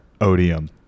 odium